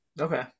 okay